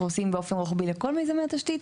עושים באופן רוחבי לכל מיזמי התשתית.